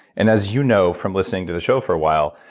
and as you know from listening to the show for a while,